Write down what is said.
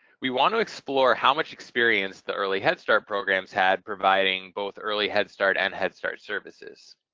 we want to explore how much experience the early head start programs had providing both early head start and head start services.